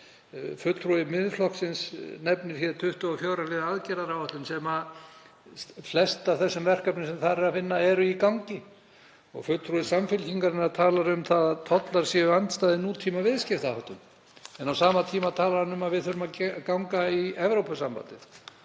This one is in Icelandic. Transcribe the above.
Fulltrúi Miðflokksins nefnir 24 liða aðgerðaáætlun og flest af þeim verkefnum sem þar er að finna eru í gangi. Fulltrúi Samfylkingarinnar talar um að tollar séu andstæðir nútímaviðskiptaháttum, en á sama tíma talar hann um að við þurfum að ganga í Evrópusambandið